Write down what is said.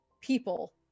People